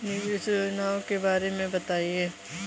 निवेश योजनाओं के बारे में बताएँ?